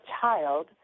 child